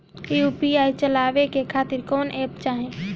UPI चलवाए के खातिर कौन एप चाहीं?